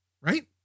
right